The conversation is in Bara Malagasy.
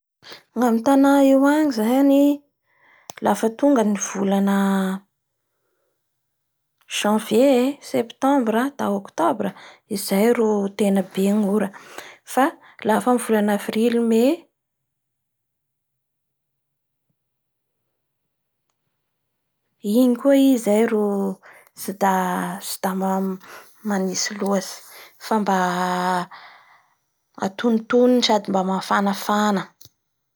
Gna amin'ny tana io any zany lafa tong ny volana janvier e, septambra da octobra izay ro tena be ngy ora fa lafa amin'ny volana Avrily sy Mais igny tsy dam-manintsy loatsy fa mba antonitonony sady mba mafanafana.